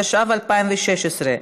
התשע"ו 2016,